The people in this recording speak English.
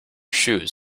shoes